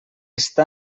està